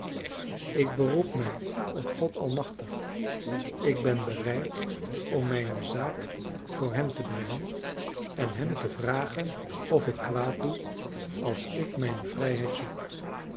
ik beroep mij op god almachtig ik ben bereid om mijne zaak voor hem te brengen en hem te vragen of ik kwaad doe als ik mijne vrijheid zoek